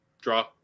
draw